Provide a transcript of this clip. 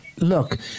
Look